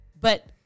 But-